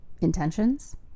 intentions